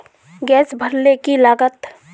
Gas भरले की लागत?